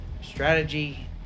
strategy